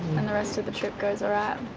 and the rest of the trip goes alright